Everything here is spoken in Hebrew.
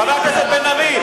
חבר הכנסת בן-ארי.